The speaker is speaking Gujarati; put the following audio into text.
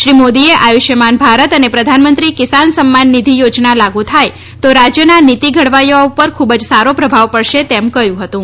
શ્રી મોદીએ આયુષ્યમાન ભારત અને પ્રધાનમંત્રી કિસાન સન્માન નીધિ યોજના લાગુ થાય તો રાજ્યનાં નીતિ ઘડવૈયાઓ ઉપર ખૂબ જ સારો પ્રભાવ પડશે તેમ કહ્યું હતું